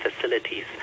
facilities